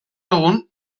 egun